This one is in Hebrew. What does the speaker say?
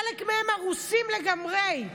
חלק מהם הרוסים לגמרי,